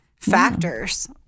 factors